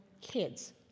kids